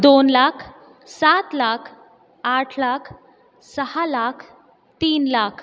दोन लाख सात लाख आठ लाख सहा लाख तीन लाख